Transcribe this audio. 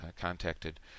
contacted